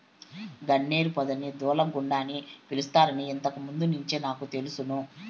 గన్నేరు పొదని దూలగుండ అని పిలుస్తారని ఇంతకు ముందు నుంచే నాకు తెలుసును